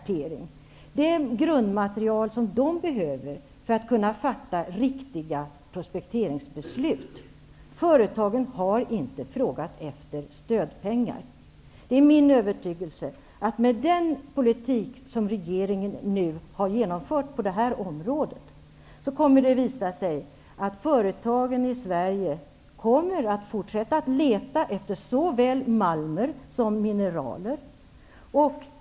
Det är det grundmaterial som de behöver för att kunna fatta riktiga prospekteringsbeslut. Företagen har inte frågat efter stödpengar. Det är min övertygelse att med den politik som regeringen nu har genomfört på det här området kommer det att visa sig att företagen i Sverige fortsätter att leta efter såväl malmer som mineraler.